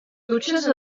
dutxes